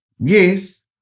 Yes